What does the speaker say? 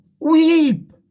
Weep